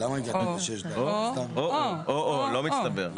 או או, לא מצטבר.